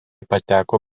pateko